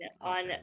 on